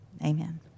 Amen